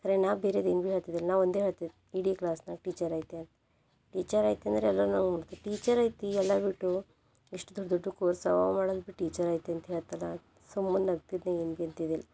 ಅರೆ ನಾನು ಬೇರೆದೇನು ಭೀ ಹೇಳ್ತಿದ್ದಿಲ್ಲ ನಾನು ಒಂದೇ ಹೇಳ್ತಿದ್ದು ಇಡೀ ಕ್ಲಾಸನಾಗ ಟೀಚರೈತೆ ಟೀಚರೈತೆ ಅಂದ್ರೆ ಎಲ್ಲ ನಾವು ಟೀಚರೈತಿ ಎಲ್ಲ ಬಿಟ್ಟು ಎಷ್ಟು ದೊಡ್ಡ ದೊಡ್ಡ ಕೋರ್ಸ್ ಅವೆ ಅವು ಮಾಡೋದ್ಬಿಟ್ಟು ಟೀಚರೈತಿ ಅಂತ ಹೇಳ್ತಾಳೆ ಸುಮ್ಮನೆ ನಗ್ತಿದ್ದೆ ಏನು ಭೀ ಅಂತಿದ್ದಿಲ್ಲ